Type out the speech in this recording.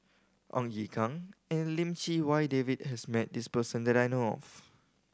Ong Ye Kung and Lim Chee Wai David has met this person that I know of